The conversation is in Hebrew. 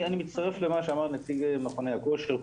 אני מצטרף למה שאמר נציג מכוני הכושר,